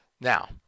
Now